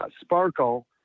Sparkle